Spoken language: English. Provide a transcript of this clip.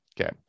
Okay